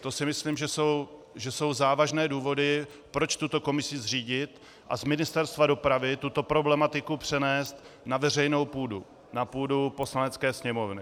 To si myslím, že jsou závažné důvody, proč tuto komisi zřídit a z Ministerstva dopravy tuto problematiku přenést na veřejnou půdu, na půdu Poslanecké sněmovny.